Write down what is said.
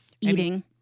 Eating